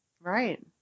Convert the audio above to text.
Right